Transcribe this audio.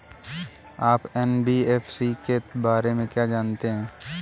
आप एन.बी.एफ.सी के बारे में क्या जानते हैं?